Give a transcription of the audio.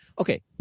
Okay